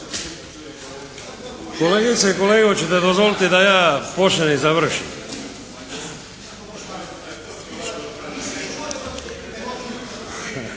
Kolegice i kolege, hoćete dozvoliti da ja počnem i završim.